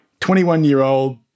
21-year-old